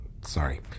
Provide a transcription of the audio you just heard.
Sorry